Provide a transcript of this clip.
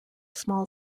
small